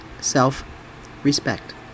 self-respect